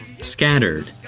Scattered